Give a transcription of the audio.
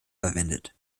verwendet